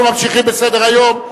אנחנו ממשיכים בסדר-היום.